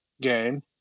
game